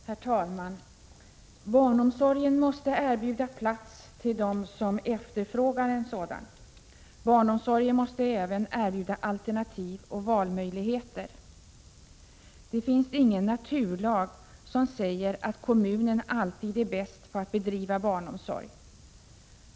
Herr talman! Barnomsorgen måste erbjuda plats till dem som efterfrågar det. Barnomsorgen måste även erbjuda alternativ och valmöjligheter. Det finns ingen naturlag som säger att kommunen alltid är bäst på att bedriva barnomsorg.